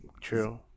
True